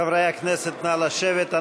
חברי הכנסת, נא לשבת.